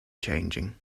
changing